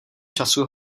času